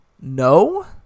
No